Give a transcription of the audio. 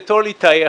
בתור ליטאי,